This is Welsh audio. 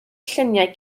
lluniau